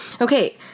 Okay